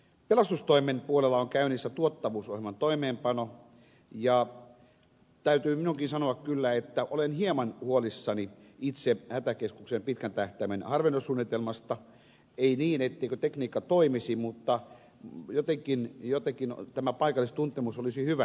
pelastustoimen puolella on käynnissä tuottavuusohjelman toimeenpano ja täytyy minunkin sanoa kyllä että olen hieman huolissani itse hätäkeskusten pitkän tähtäimen harvennussuunnitelmasta ei niin etteikö tekniikka toimisi mutta jotenkin tämä paikallistuntemus olisi hyvä